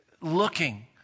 looking